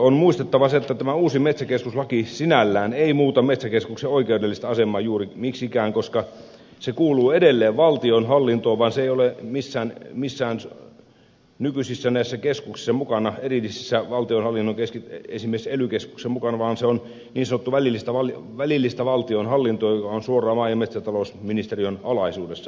on muistettava se että tämä uusi metsäkeskuslaki sinällään ei muuta metsäkeskuksen oikeudellista asemaa juuri miksikään koska se kuuluu edelleen valtionhallintoon mutta se ei ole missään näissä nykyisissä erillisissä valtionhallinnon keskuksissa esimerkiksi ely keskuksessa mukana vaan se on niin sanottua välillistä valtionhallintoa joka on suoraan maa ja metsätalousministeriön alaisuudessa